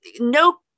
no